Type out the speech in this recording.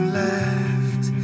left